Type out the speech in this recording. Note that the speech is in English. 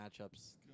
matchups